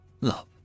love